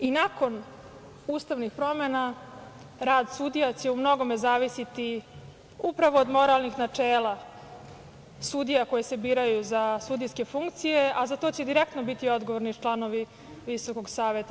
I nakon ustavnih promena, rad sudija će u mnogome zavisiti upravo od moralnih načela sudija koji se biraju za sudijske funkcije, a za to će direktno biti odgovorni članovi VSS.